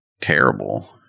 terrible